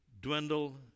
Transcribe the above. dwindle